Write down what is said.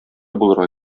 булырга